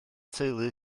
teulu